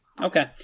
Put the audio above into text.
Okay